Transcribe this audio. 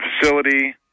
facility